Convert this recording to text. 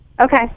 Okay